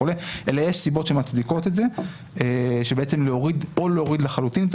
אלא יש סיבות שמצדיקות את זה - בעצם או להוריד לחלוטין את